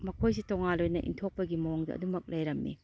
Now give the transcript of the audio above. ꯃꯈꯣꯏꯁꯤ ꯇꯣꯉꯥꯟ ꯑꯣꯏꯅ ꯏꯟꯊꯣꯛꯄꯒꯤ ꯃꯑꯣꯡꯗ ꯑꯗꯨꯝꯃꯛ ꯂꯩꯔꯝꯏ